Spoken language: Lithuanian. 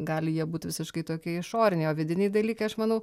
gali jie būt visiškai tokie išoriniai o vidiniai dalykai aš manau